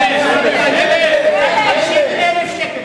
אלף, אלף.